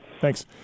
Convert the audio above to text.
Thanks